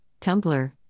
Tumblr